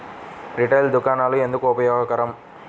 Retail దుకాణాలు ఎందుకు ఉపయోగకరం?